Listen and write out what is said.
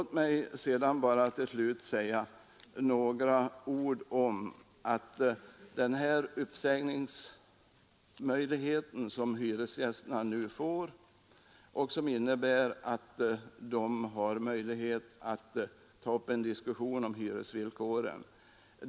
Till slut vill jag säga några ord om den uppsägningsmöjlighet som hyresgästerna nu får och som ger dem möjlighet att ta upp en diskussion om hyresvillkoren.